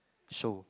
show